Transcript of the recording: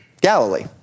Galilee